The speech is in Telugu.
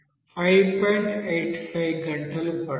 85 గంటలు పడుతుంది